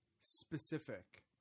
specific